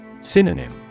Synonym